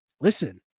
listen